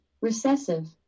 Recessive